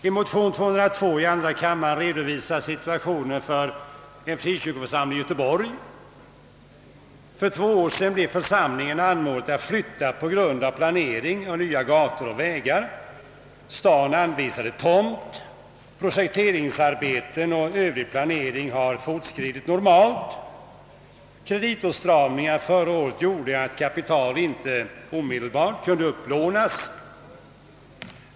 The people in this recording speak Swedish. I motion nr 202 i andra kammaren redovisas situationen för en frikyrkoförsamling i Göteborg. För två år sedan blev församlingen anmodad att flytta på grund av planering av nya gator och vägar. Staden anvisade tomt. Projekteringsarbeten och övrig planering har fortgått normalt. Kreditåtstramningar förra året gjorde att kapital inte omedelbart kunde upplånas.